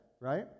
right